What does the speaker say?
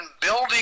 building